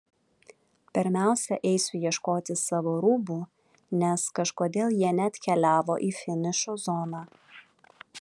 pirmiausia eisiu ieškoti savo rūbų nes kažkodėl jie neatkeliavo į finišo zoną